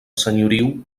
senyoriu